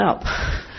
up